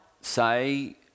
say